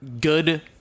Good